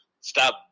Stop